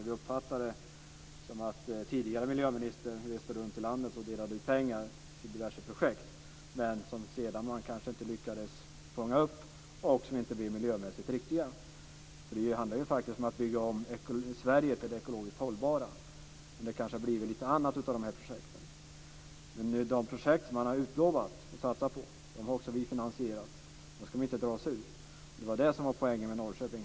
Vi uppfattade det som att den tidigare miljöministern reste runt i landet och delade ut pengar till diverse projekt som man sedan kanske inte lyckades fånga upp och som inte blev miljömässigt riktiga. Det handlar ju faktiskt om att bygga om Sverige till det ekologiskt hållbara, men det kanske har blivit något annat av projekten. De projekt man har utlovat och som man satsat på har också vi finansierat. Dem ska vi inte dra oss ur. Det var det som var poängen med Norrköping.